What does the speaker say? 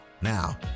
Now